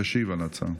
תשיב על ההצעה.